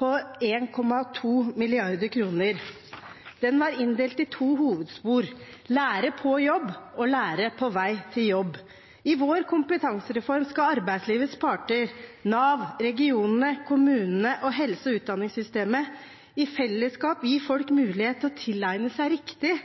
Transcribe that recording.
på 1,2 mrd. kr. Den var inndelt i to hovedspor: lære på jobb og lære på vei til jobb. I vår kompetansereform skal arbeidslivets parter, Nav, regionene, kommunene og helse- og utdanningssystemet i fellesskap gi folk mulighet til å tilegne seg riktig